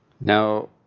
Now